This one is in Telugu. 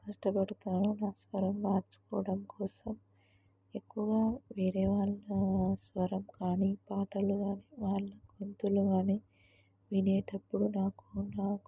కష్టపడతాను నా స్వరం మార్చుకోవడం కోసం ఎక్కువగా వేరే వాళ్ళ స్వరం కానీ పాటలు కానీ వాళ్ళ గొంతులు కానీ వినేేటప్పుడు నాకు నా